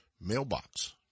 mailbox